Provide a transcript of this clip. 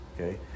okay